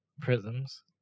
Prisms